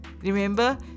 Remember